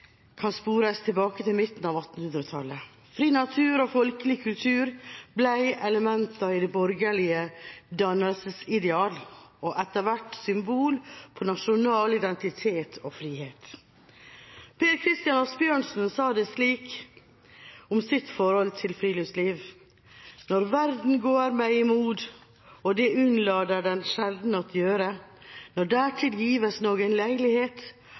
kan spores tilbake til midten av 1800-tallet. Fri natur og folkelig kultur ble elementer i det borgerlige dannelsesideal og etter hvert symbol på nasjonal identitet og frihet. Peter Christen Asbjørnsen sa det slik om sitt forhold til friluftsliv: «Naar Verden gaar mig imod, og det undlader den sjelden at gjøre, naar dertil gives